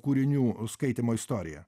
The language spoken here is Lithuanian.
kūrinių skaitymo istoriją